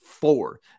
four